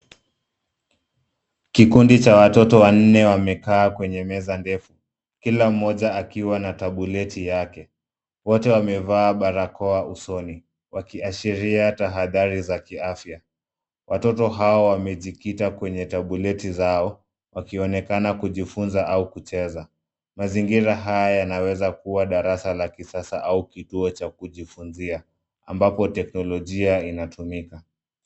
Kikundi cha watoto wanne wamekaa kwenye meza ndefu. Kila mmoja akiwa na tabuleti yake. Wote wamevaa barakoa usoni wakiashiria tahadhari za kiafya. Watoto hawa wamejikita kwenye tabuleti zao wakionekana kujifunza au kucheza. Mazingira haya yanaweza kuwa darasa la kisasa au kituo cha kujifunzia ambapo teknolojia inatumika.